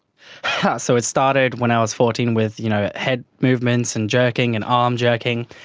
so it started when i was fourteen with you know head movements and jerking and arm jerking.